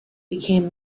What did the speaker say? became